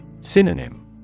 Synonym